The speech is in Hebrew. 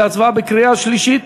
להצבעה בקריאה שלישית.